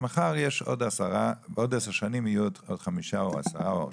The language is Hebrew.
כשבעוד עשר שנים יהיו עוד חמישה או עשרה או שלושה,